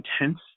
intense